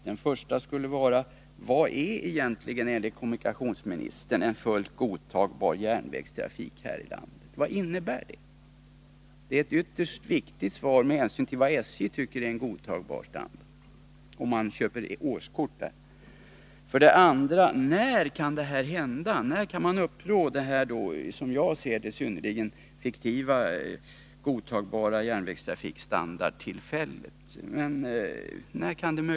Den första frågan skulle vara: Vad innebär egentligen enligt kommunikationsministern en fullt godtagbar järnvägstrafik här i landet? Det är ytterst viktigt att få svar på den frågan med hänsyn till vad SJ tycker är en godtagbar standard om man köper årskort. Den andra frågan lyder: När kan man möjligen uppnå denna — som jag ser som något synnerligen fiktivt — godtagbara järnvägstrafikstandard?